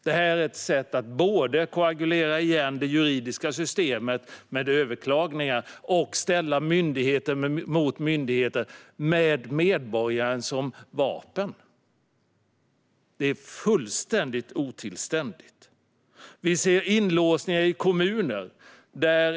Det här är ett sätt att både koagulera igen det juridiska systemet med överklagningar och ställa myndigheter mot myndigheter med medborgaren som vapen. Det är fullständigt otillständigt. Vi ser inlåsningar i kommuner.